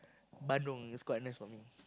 bandung it's quite nice for me